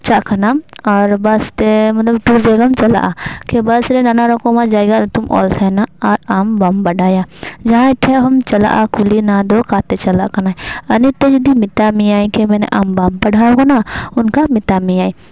ᱪᱟᱜ ᱠᱟᱱᱟᱢ ᱟᱨ ᱵᱟᱥ ᱛᱮ ᱢᱟᱱᱮ ᱴᱩᱨ ᱡᱟᱭᱡᱟᱢ ᱪᱟᱞᱟᱜᱼᱟ ᱮᱠᱮ ᱵᱟᱥ ᱨᱮ ᱱᱟᱱᱟᱨᱚᱠᱚᱢᱟᱜ ᱡᱟᱭᱜᱟ ᱧᱩᱛᱩᱢ ᱚᱞ ᱛᱟᱦᱮᱱᱟ ᱟᱨ ᱟᱢ ᱵᱟᱢ ᱵᱟᱰᱟᱭᱟ ᱡᱟᱦᱟᱭ ᱴᱷᱮᱡ ᱦᱚᱢ ᱪᱟᱞᱟᱜᱼᱟ ᱠᱩᱞᱤᱱᱟ ᱫᱚ ᱚᱠᱟ ᱛᱮ ᱪᱟᱞᱟᱜ ᱠᱟᱱᱟ ᱤᱱᱟᱹᱛᱮᱭ ᱢᱮᱛᱟᱫ ᱢᱮᱭᱟ ᱠᱮ ᱟᱢ ᱵᱟᱢ ᱯᱟᱲᱦᱟᱣ ᱟᱠᱟᱱᱟ ᱚᱱᱠᱟ ᱢᱮᱛᱟᱫ ᱢᱮᱭᱟ